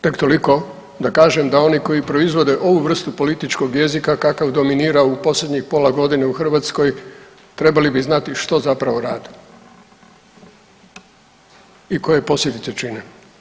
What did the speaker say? Tek toliko da kažem da oni koji proizvode ovu vrstu političkog jezika kakav dominira u posljednjih pola godine u Hrvatskoj trebali bi znati što zapravo rade i koje posljedice čine.